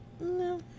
no